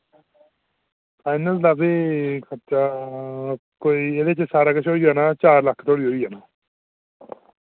final दा फ्ही खर्चा कोई एह्दे च सारा किश होई जाना चार लक्ख धोड़ी होई जाना